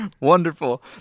Wonderful